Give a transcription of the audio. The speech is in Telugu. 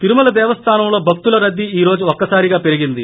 తిరుమల దేవస్గానంలో భక్తుల రద్దీ ఈ రోజు ఒక్క సారిగా పెరిగింది